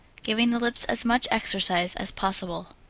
giving the lips as much exercise as possible.